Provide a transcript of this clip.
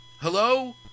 hello